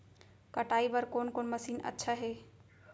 कटाई बर कोन कोन मशीन अच्छा हे?